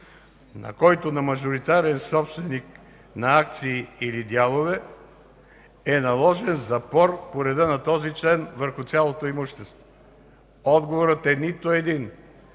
на който на мажоритарен собственик на акции или дялове е наложен запор по реда на този член върху цялото имущество? Отговорът е – нито един!